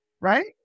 right